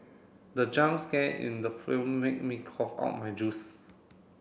the jump scare in the film made me cough out my juice